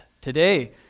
today